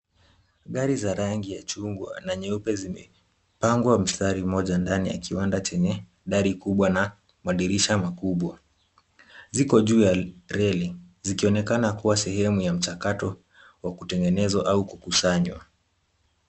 Gari za rangi ya chungwa na nyeupe zimepangwa mstari mmoja ndani ya kiwanda chenye gari kubwa na madirisha makubwa. Ziko juu ya reli, zikionekana kuwa sehemu ya mchakato wa kutengenezwa au kukusanywa.